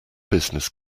business